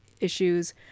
issues